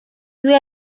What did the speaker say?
due